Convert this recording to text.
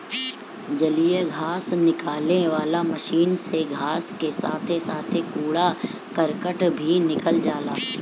जलीय घास निकाले वाला मशीन से घास के साथे साथे कूड़ा करकट भी निकल जाला